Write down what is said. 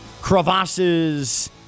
crevasses